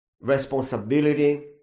responsibility